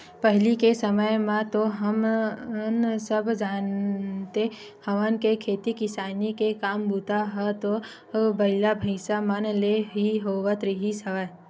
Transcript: पहिली के समे म तो हमन सब जानते हवन के खेती किसानी के काम बूता ह तो बइला, भइसा मन ले ही होवत रिहिस हवय